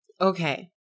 Okay